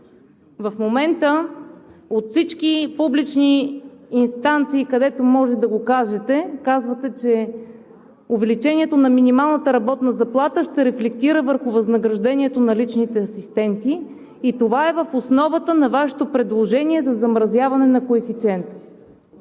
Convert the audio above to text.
В момента от всички публични инстанции, където може да го кажете, казвате, че увеличението на минималната работна заплата ще рефлектира върху възнаграждението на личните асистенти и това е в основата на Вашето предложение за замразяване на коефициента.